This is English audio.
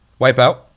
Wipeout